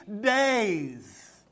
days